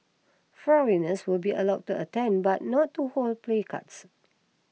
foreigners will be allowed to attend but not to hold placards